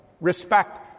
Respect